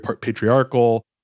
patriarchal